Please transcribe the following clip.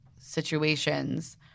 situations